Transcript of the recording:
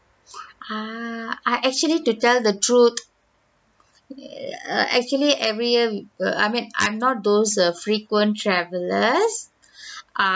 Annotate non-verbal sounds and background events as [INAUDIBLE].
uh I actually to tell the truth err actually every year err I mean I'm not those err frequent travelers [BREATH] uh